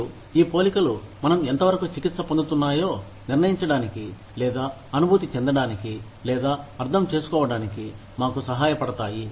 మరియు ఈ పోలికలు మనం ఎంతవరకు చికిత్స పొందుతన్నాయో నిర్ణయించడానికి లేదా అనుభూతి చెందడానికి లేదా అర్థం చేసుకోవడానికి మాకు సహాయ పడతాయి